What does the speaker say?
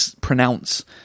pronounce